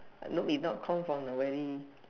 I know we not come from the very